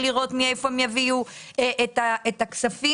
לראות מאיפה הם יביאו את הכספים.